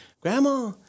Grandma